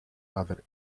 other